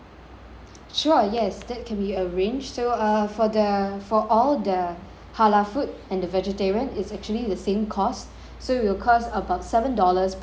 sure yes that can be arranged so uh for the for all the halal food and the vegetarian is actually the same cost so it will cost about seven dollars per packet